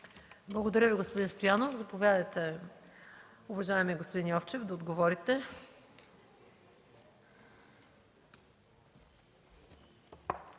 Благодаря Ви, господин Стоянов. Заповядайте, уважаеми господин Йовчев, за дуплика.